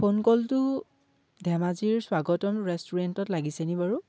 phone কলটো ধেমাজিৰ স্বাগতম ৰেষ্টুৰেণ্টত লাগিছেনি বাৰু